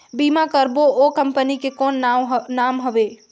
बीमा करबो ओ कंपनी के कौन नाम हवे?